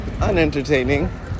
Unentertaining